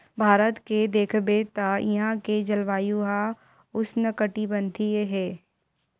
भारत के देखबे त इहां के जलवायु ह उस्नकटिबंधीय हे